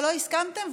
ולא הסכמתם,